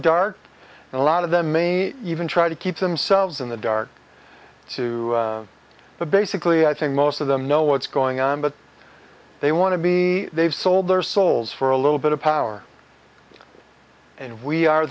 dark and a lot of them maybe even try to keep themselves in the dark to the basically i think most of them know what's going on but they want to be they've sold their souls for a little bit of power and we are